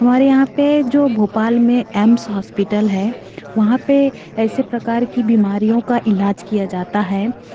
हमारे यहाँ पे जो भोपाल में एम्स हॉस्पिटल है वहाँ पे ऐसे प्रकार की बीमारियों का इलाज किया जाता है